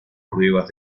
pruebas